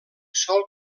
sol